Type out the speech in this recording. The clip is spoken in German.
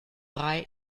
drei